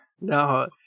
No